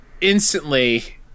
instantly